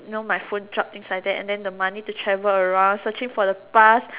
you know my phone drop thing like that and then the money to travel around searching for the past